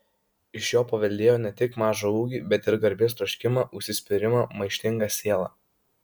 iš jo paveldėjo ne tik mažą ūgį bet ir garbės troškimą užsispyrimą maištingą sielą